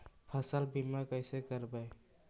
फसल बीमा कैसे करबइ?